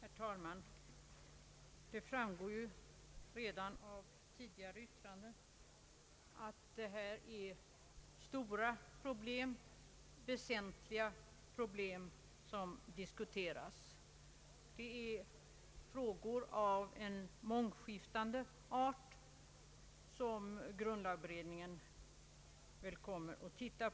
Herr talman! Som framgått av tidigare yttranden är det stora och väsentliga problem som här diskuteras. Det är frågor av mångskiftande art, som grundlagberedningen väl kommer att se på, Ang.